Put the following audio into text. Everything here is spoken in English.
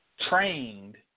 trained